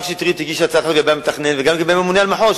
השר שטרית הגיש הצעה לגבי המתכנן וגם דיבר על ממונה המחוז,